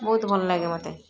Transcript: ବହୁତ ଭଲ ଲାଗେ ମୋତେ